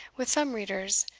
with some readers,